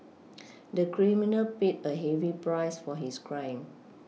the criminal paid a heavy price for his crime